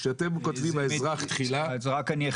כשאתם כותבים האזרח תחילה.